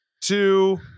two